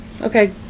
Okay